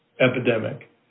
epidemic